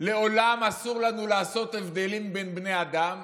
לעולם אסור לנו לעשות הבדלים בין בני אדם,